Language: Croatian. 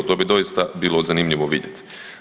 To bi doista bilo zanimljivo vidjet.